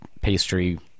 pastry